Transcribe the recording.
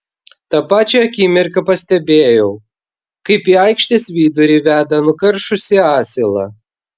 tą pačią akimirką pastebėjau kaip į aikštės vidurį veda nukaršusį asilą